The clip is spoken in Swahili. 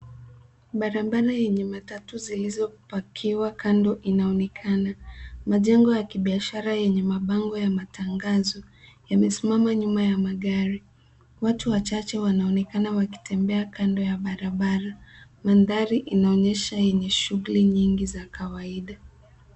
Barabara yenye matatu zilizopakiwa kando inaonekana. Majengo ya kibiashara yenye mabango ya matangazo yamesimama nyuma ya magari. Watu wachache wanaonekana wakitembea kando ya barabara. Mandhari inaonyesha yenye shughuli nyingi za kawaida.